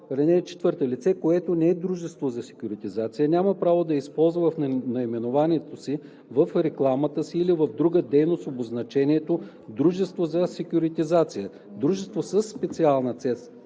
„ДСЦС“. (4) Лице, което не е дружество за секюритизация, няма право да използва в наименованието си, в рекламната си или в друга дейност обозначението „дружество за секюритизация“, „дружество със специална цел